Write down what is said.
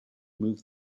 move